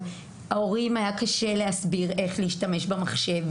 היה קשה להסביר להורים איך להשתמש במחשב,